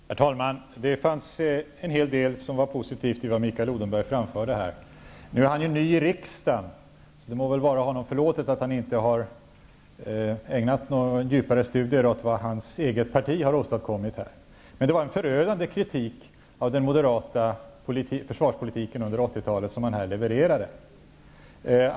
Herr talman! Det fanns en hel del som var positivt i det som Mikael Odenberg anförde. Han är ny i riksdagen, så det må vara honom förlåtet att han inte har ägnat några djupare studier åt vad hans eget parti har åstadkommit här. Det var en förödande kritik av den moderata försvarspolitiken under 80-talet som han levererade.